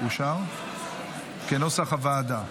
כנוסח הוועדה,